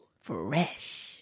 Fresh